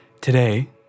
Today